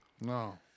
No